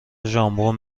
ژامبون